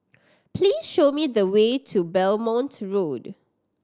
please show me the way to Belmont Road